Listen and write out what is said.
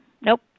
nope